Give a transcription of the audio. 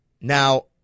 Now